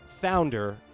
founder